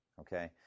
Okay